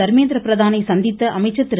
தர்மேந்திர பிரதானை சந்தித்த அமைச்சர் திரு